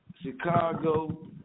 chicago